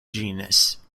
genus